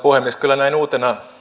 puhemies kyllä näin uutena